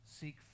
seek